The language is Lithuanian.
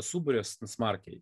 suburia smarkiai